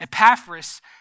Epaphras